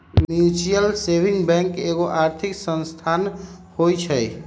mutual saving bank एगो आर्थिक संस्थान होइ छइ